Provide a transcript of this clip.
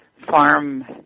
Farm